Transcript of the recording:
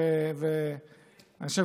אני חושב,